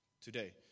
today